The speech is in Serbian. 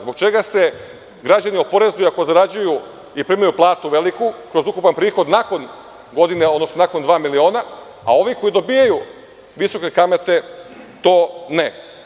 Zbog čega se građani oporezuju ako zarađuju i primaju platu veliku kroz ukupan prihod nakon godine, odnosno nakon dva miliona, a ovi koji dobijaju visoke kamate to ne?